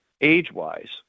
age-wise